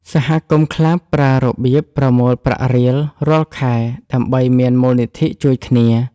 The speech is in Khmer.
សហគមន៍ខ្លះប្រើរបៀបប្រមូលប្រាក់រៀងរាល់ខែដើម្បីមានមូលនិធិជួយគ្នា។